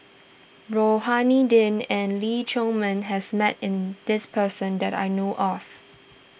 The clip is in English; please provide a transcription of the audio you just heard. Rohani Din and Lee Chiaw Meng has met in this person that I know of